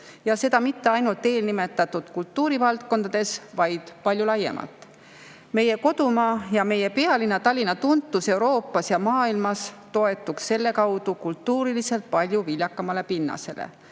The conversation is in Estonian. Ja seda mitte ainult eelnimetatud kultuurivaldkondades, vaid palju laiemalt. Meie kodumaa ja meie pealinna Tallinna tuntus Euroopas ja maailmas toetuks selle kaudu kultuuriliselt palju viljakamale pinnasele.